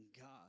God